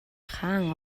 хаан